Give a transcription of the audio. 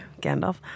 Gandalf